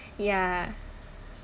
ya